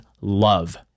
love